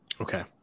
Okay